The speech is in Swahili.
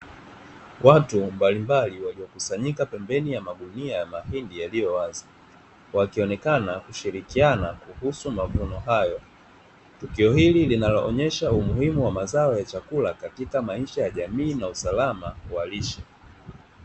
Watu mbalimbali waliokusanyika pembeni ya magunia ya mahindi yaliyo wazi, wakionekana kushirikiana kuhusu mavuno hayo. Tukio hili linaloonyesha umuhimu wa mazao ya chakula, katika maisha ya jamii na usalama wa lishe.